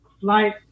flight